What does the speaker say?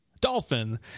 dolphin